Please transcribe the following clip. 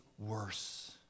Worse